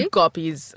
copies